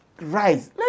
rise